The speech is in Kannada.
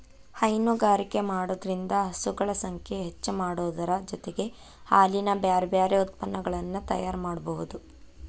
ಹೈನುಗಾರಿಕೆ ಮಾಡೋದ್ರಿಂದ ಹಸುಗಳ ಸಂಖ್ಯೆ ಹೆಚ್ಚಾಮಾಡೋದರ ಜೊತೆಗೆ ಹಾಲಿನ ಬ್ಯಾರಬ್ಯಾರೇ ಉತ್ಪನಗಳನ್ನ ತಯಾರ್ ಮಾಡ್ಬಹುದು